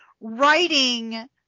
writing